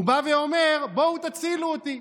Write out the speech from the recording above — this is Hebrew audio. הוא אומר: בואו תצילו אותי.